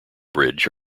bridge